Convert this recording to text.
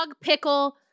pickle